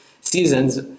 seasons